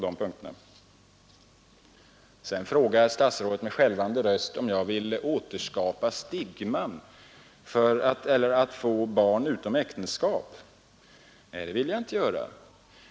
Sedan frågar statsrådet med skälvande röst om jag vill återskapa stigmat för barn utom äktenskap. Nej, det vill jag inte göra.